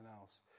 else